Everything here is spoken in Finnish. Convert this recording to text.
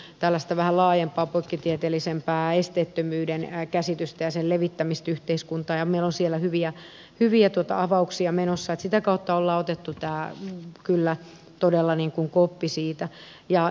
me olemme hakeneet vähän laajempaa poikkitieteellisempää esteettömyyden käsitystä ja sen levittämistä yhteiskuntaan ja meillä on siellä hyviä avauksia menossa että sitä kautta ollaan otettu todella niin kuin koppi siitä